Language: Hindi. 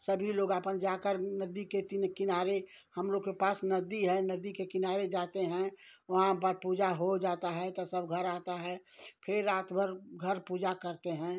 सभी लोग आपन जाकर नदी के तीन किनारे हम लोग के पास नदी है नदी के किनारे जाते हैं वहाँ पर पूजा हो जाता है तो सब घर आता है फिर रात भर घर पूजा करते हैं